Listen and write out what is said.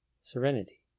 Serenity